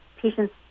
patients